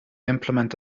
implement